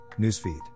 newsfeed